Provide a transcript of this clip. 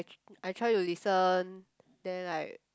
I try to listen then like